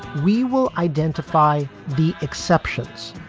we will identify the exceptions,